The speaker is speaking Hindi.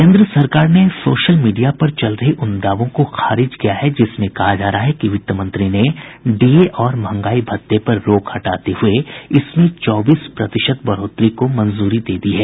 केन्द्र सरकार ने सोशल मीडिया पर चल रहे उन दावों को खारिज किया है जिसमें कहा जा रहा है कि वित्त मंत्री ने डीए और महंगाई भत्ते पर रोक हटाते हुये इसमें चौबीस प्रतिशत बढ़ोतरी को मंजूरी दे दी है